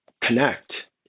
connect